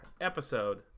Episode